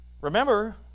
Remember